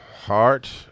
heart